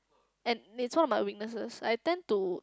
and it's one of my weaknesses I tend to